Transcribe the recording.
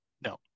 no